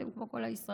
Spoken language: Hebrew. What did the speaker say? אתם כמו כל הישראלים,